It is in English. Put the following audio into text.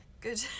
good